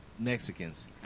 Mexicans